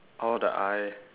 oh the I